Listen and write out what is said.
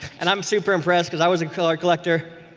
and i'm super impressed because i was and card collector,